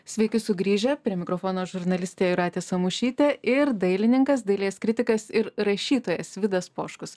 sveiki sugrįžę prie mikrofono žurnalistė jūratė samušytė ir dailininkas dailės kritikas ir rašytojas vidas poškus